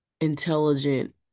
intelligent